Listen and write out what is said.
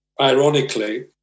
Ironically